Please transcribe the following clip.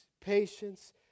patience